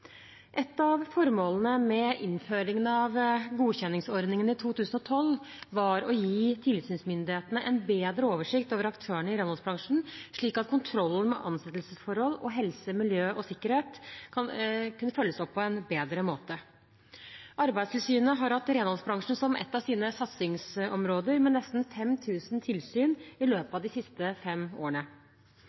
Et av formålene med innføringen av godkjenningsordningen i 2012 var å gi tilsynsmyndighetene bedre oversikt over aktørene i renholdsbransjen, slik at kontrollen med ansettelsesforhold og helse, miljø og sikkerhet kunne følges opp på en bedre måte. Arbeidstilsynet har hatt renholdsbransjen som et av sine satsingsområder, med nesten 5 000 tilsyn i løpet av de siste fem årene.